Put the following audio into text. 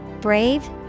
Brave